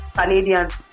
Canadians